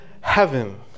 heaven